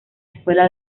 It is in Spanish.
escuela